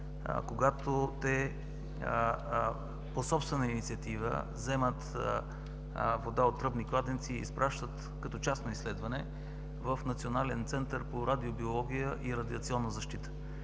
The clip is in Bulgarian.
когато по собствена инициатива вземат вода от тръбни кладенци и я изпращат като частно изследване в Националния център по радиобиология и радиационна защита.